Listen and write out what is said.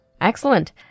Excellent